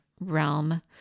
realm